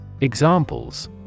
Examples